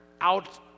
out